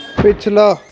ਪਿਛਲਾ